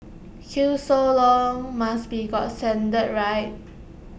queue so long must be got standard right